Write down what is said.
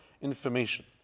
information